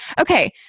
Okay